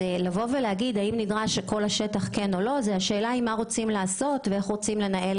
השאלה היא לא אם נדרש כל השטח אלא מה רוצים לעשות בו אחרי